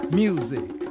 music